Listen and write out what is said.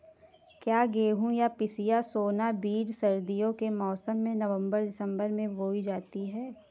क्या गेहूँ या पिसिया सोना बीज सर्दियों के मौसम में नवम्बर दिसम्बर में बोई जाती है?